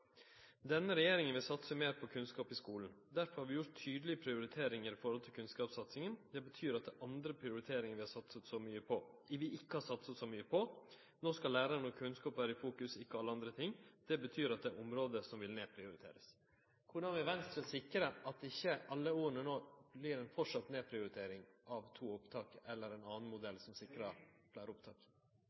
satse mer på kunnskap i skolen . Derfor har vi gjort noen tydelige prioriteringer når det gjelder kunnskapssatsing , og det betyr at det er andre områder vi ikke har prioritert så mye til. Nå skal altså kunnskapen, læreren, være i fokus, ikke alle andre ting. Det betyr at det vil være områder som blir nedprioritert.» Korleis vil Venstre sikre at alle desse orda ikkje vert ei nedprioritering av to opptak eller ein annan modell som sikrar fleire opptak?